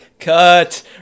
Cut